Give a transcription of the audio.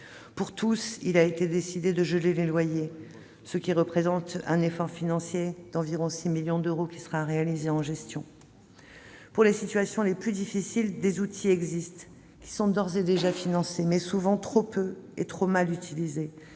Pour tous, il a été décidé de geler les loyers, ce qui représente un effort financier de 6 millions d'euros environ, qui sera réalisé en gestion. Pour les situations les plus difficiles, il existe des dispositifs qui sont d'ores et déjà financés, mais souvent trop peu et trop mal utilisés.